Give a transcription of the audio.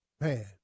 Man